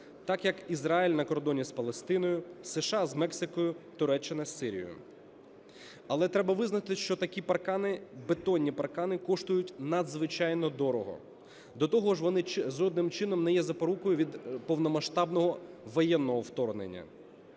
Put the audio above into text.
так, як Ізраїль на кордоні з Палестиною, США з Мексикою, Туреччина з Сирією. Але треба визнати, що такі паркани, бетонні паркани, коштують надзвичайно дорого. До того ж вони жодним чином не є запорукою від повномасштабного воєнного вторгнення.